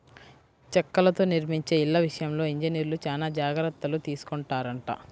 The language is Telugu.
చెక్కలతో నిర్మించే ఇళ్ళ విషయంలో ఇంజనీర్లు చానా జాగర్తలు తీసుకొంటారంట